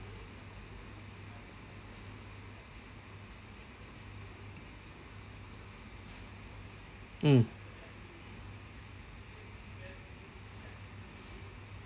mm